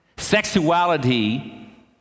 Sexuality